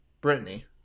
Brittany